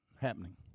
happening